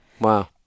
Wow